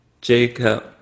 Jacob